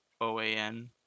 OAN